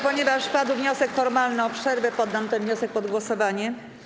Ponieważ padł wniosek formalny o przerwę, poddam ten wniosek pod głosowanie.